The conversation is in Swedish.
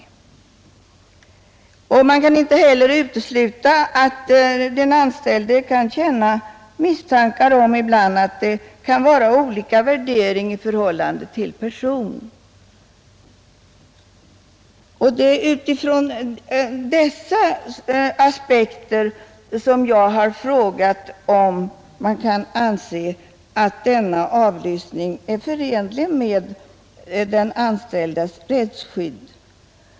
Man kan inte heller utesluta att den anställde ibland kan hysa misstankar om att det kan gälla värderingar i fråga om person. Det är utifrån dessa aspekter som jag har frågat om denna avlyssning kan anses förenlig med den anställdes rättsskydd.